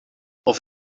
auf